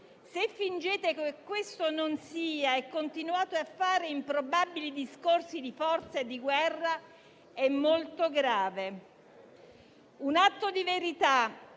Se fingete che questo non sia, continuando a fare improbabili discorsi di forza e di guerra, è molto grave. Un atto di verità